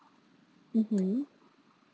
mmhmm